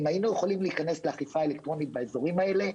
אם היינו יכולים להיכנס לאכיפה אלקטרונית באזורים האלה,